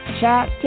chat